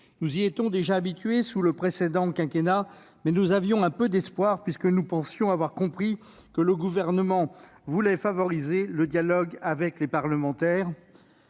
Nous y étions habitués sous le précédent quinquennat, mais nous avions un peu d'espoir, puisque nous pensions avoir compris que le Gouvernement voulait favoriser le dialogue avec les parlementaires.